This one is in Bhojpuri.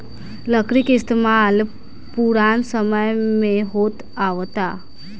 लकड़ी के इस्तमाल पुरान समय से होत आवता